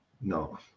No